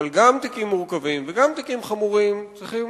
אבל גם תיקים מורכבים וגם תיקים חמורים צריכים